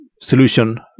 solution